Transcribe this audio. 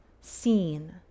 seen